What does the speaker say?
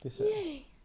Yay